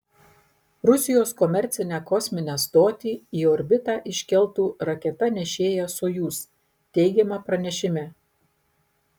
rusijos komercinę kosminę stotį į orbitą iškeltų raketa nešėja sojuz teigiama pranešime